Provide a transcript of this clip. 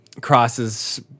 crosses